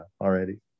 already